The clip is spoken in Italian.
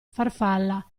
farfalla